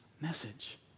message